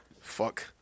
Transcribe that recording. Fuck